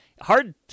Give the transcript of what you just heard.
hard